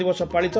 ଦିବସ ପାଳିତ